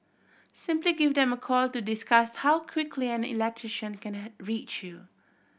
simply give them a call to discuss how quickly an electrician can reach you